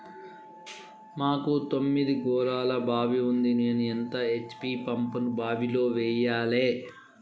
మాకు తొమ్మిది గోళాల బావి ఉంది నేను ఎంత హెచ్.పి పంపును బావిలో వెయ్యాలే?